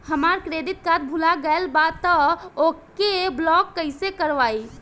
हमार credit card भुला गएल बा त ओके ब्लॉक कइसे करवाई?